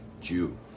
Jew